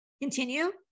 continue